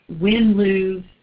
win-lose